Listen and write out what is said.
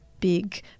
big